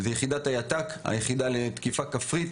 הית"ק היחידה לתקיפה כפרית.